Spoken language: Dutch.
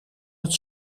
het